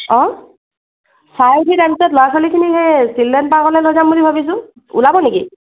অঁ ল'ৰা ছোৱালীখিনিক এই চিলড্ৰেন পাৰ্কলৈ লৈ যাম বুলি ভাবিছোঁ ওলাব নেকি